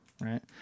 right